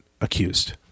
accused